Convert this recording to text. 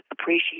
appreciate